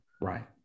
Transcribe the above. Right